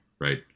right